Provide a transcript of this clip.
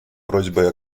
просьбой